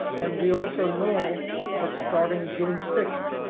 and we also know that starting june sixth,